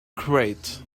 great